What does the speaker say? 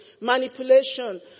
manipulation